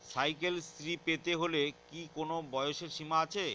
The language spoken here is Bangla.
সাইকেল শ্রী পেতে হলে কি কোনো বয়সের সীমা আছে?